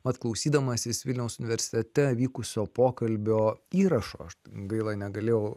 mat klausydamasis vilniaus universitete vykusio pokalbio įrašo aš gaila negalėjau